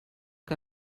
que